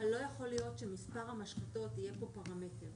לא יכול להיות שמספר המשחטות יהיה פה פרמטר,